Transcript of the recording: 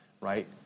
right